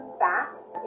fast